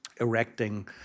erecting